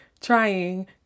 trying